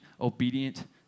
obedient